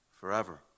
forever